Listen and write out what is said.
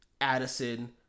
Addison